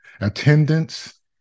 Attendance